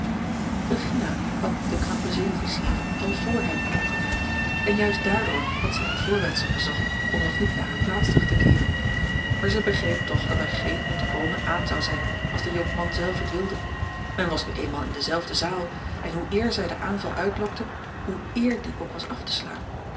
regina had den knappen zee officier al vr hem opgemerkt en juist daardoor had zij een voorwendsel gezocht om nog niet naar hare plaats terug te keeren maar zij begreep toch dat er geen ontkomen aan zou zijn als de jonkman zelf het wilde men was nu eenmaal in dezelfde zaal en hoe eer zij den aanval uitlokte hoe eer die ook was af te slaan